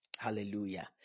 Hallelujah